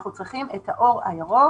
אנחנו צריכים את האור הירוק.